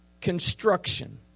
construction